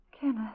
Kenneth